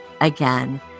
Again